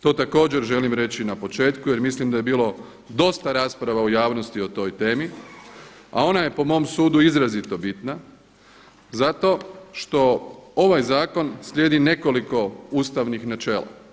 To također želim reći na početku jer mislim da je bilo dosta rasprava u javnosti o toj temi, a ona je po mom sudu izrazito bitna zato što ovaj zakon slijedi nekoliko ustavnih načela.